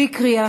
בקריאה